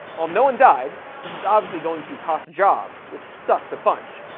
while no one died, this is obviously going to cost jobs, which sucks a bunch.